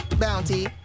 bounty